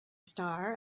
star